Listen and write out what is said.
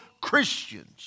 Christians